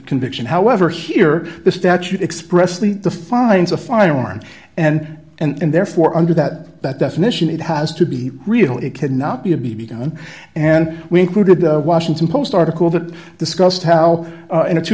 conviction however here the statute expressly defines a firearm and and therefore under that that definition it has to be real it cannot be a b b gun and we included the washington post article that discussed how in a two